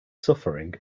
suffering